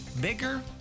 bigger